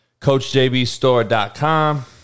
CoachJBStore.com